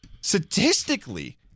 statistically